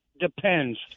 depends